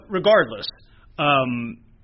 regardless